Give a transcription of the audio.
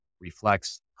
reflects